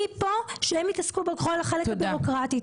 מפה שהם יתעסקו בכל החלק הבירוקרטי.